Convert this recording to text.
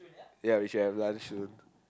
ya we should have lunch too